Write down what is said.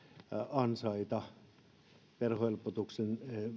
ansaita